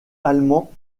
allemand